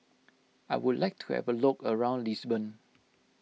I would like to have a look around Lisbon